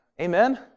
Amen